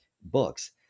books